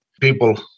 people